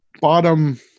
bottom